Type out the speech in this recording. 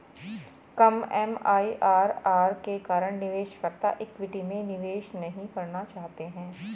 कम MIRR के कारण निवेशकर्ता इक्विटी में निवेश नहीं करना चाहते हैं